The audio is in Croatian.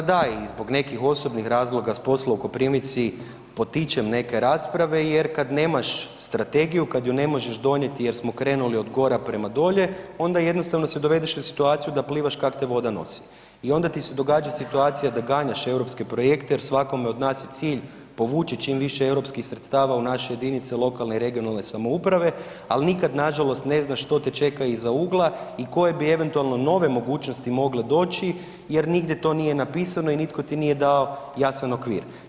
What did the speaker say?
Pa dakle da i zbog nekih osobnih razloga s poslova u Koprivnici potičem neke rasprave jer kad nemaš strategiju, kad ju ne možeš donijeti jer smo krenuli od gore prema dolje onda jednostavno se dovedeš u situaciju da plivaš kak te voda nosi i onda ti se događa situacija da ganjaš europske projekte jer svakome od nas je cilj povući čim više europskih sredstava u naše jedinice lokalne i regionalne samouprave, ali nikad nažalost ne znaš što te čeka iza ugla i koje bi eventualno nove mogućnosti mogle doći jer nigdje to nije napisano i nitko ti nije dao jasan okvir.